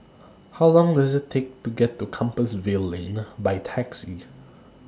How Long Does IT Take to get to Compassvale Lane A By Taxi